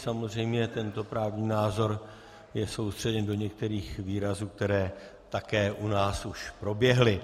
Samozřejmě tento právní názor je soustředěn do některých výrazů, které také u nás už proběhly.